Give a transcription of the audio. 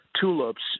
tulips